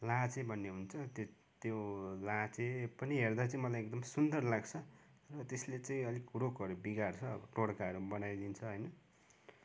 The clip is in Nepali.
लाहाँचे भन्ने हुन्छ त्यो त्यो लाहाँचे पनि हेर्दा चाहिँ मलाई एकदम सुन्दर लाग्छ र त्यसले चाहिँ अलिक रुखहरू बिगार्छ अब टोड्काहरू बनाइदिन्छ होइन